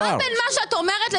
כן, תוספת קורונה זה היה.